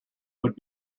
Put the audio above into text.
would